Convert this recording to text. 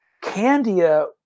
Candia